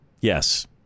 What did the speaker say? Yes